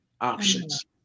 options